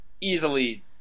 Easily